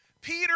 Peter